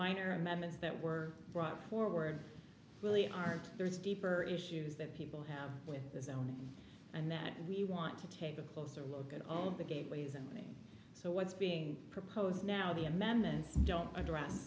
minor amendments that were brought forward really aren't there's deeper issues that people have with the zoning and that we want to take a closer look at all of the gateways and things so what's being proposed now the amendments don't address